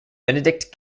benedict